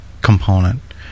component